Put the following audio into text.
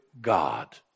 God